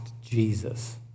Jesus